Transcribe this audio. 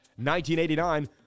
1989